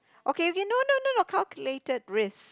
okay okay no no no calculated risk